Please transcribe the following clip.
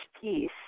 peace